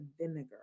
vinegar